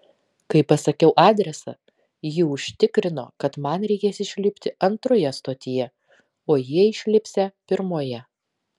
kai pasakiau adresą ji užtikrino kad man reikės išlipti antroje stotyje o jie išlipsią pirmoje